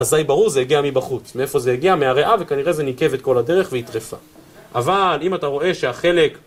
אזי ברור זה הגיע מבחוץ, מאיפה זה הגיע, מהריאה, וכנראה זה ניקב את כל הדרך והיא טרפה. אבל אם אתה רואה שהחלק...